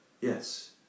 Yes